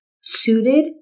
suited